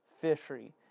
fishery